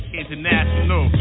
international